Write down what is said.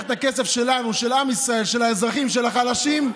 אדוני, שותפי, עמיר פרץ: על החיים עצמם.